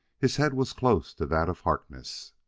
his head was close to that of harkness.